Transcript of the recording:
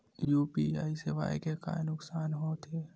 UPI सेवाएं के का नुकसान हो थे?